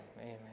Amen